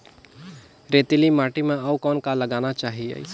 रेतीली माटी म अउ कौन का लगाना चाही?